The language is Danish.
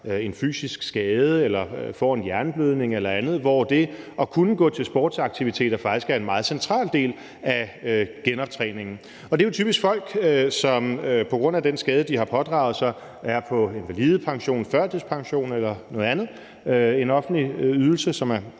en fysisk skade eller får en hjerneblødning eller andet, og hvor det at kunne gå til sportsaktiviteter faktisk er en meget central del af genoptræningen. Og det er jo typisk folk, som på grund af den skade, de har pådraget sig, er på invalidepension, førtidspension eller noget andet, en offentlig ydelse, som er